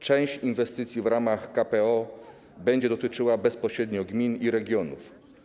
Część inwestycji w ramach KPO będzie dotyczyła bezpośrednio gmin i regionów.